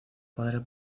padre